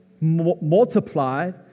multiplied